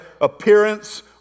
appearance